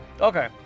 Okay